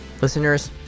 Listeners